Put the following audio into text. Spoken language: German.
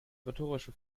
rhetorische